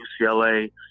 UCLA